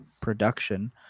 production